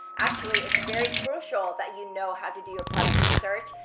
actually it's very crucial that you know how to do your product research.